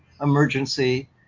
emergency